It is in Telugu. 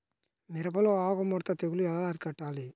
మిరపలో ఆకు ముడత తెగులు ఎలా అరికట్టాలి?